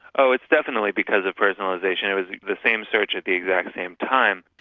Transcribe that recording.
oh, it's definitely because of personalisation. it was the same search at the exact same time.